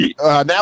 Now